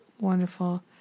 wonderful